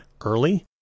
early